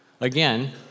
Again